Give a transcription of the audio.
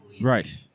right